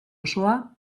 osoa